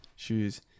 shoes